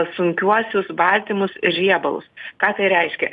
sunkiuosius baltymus ir riebalus ką tai reiškia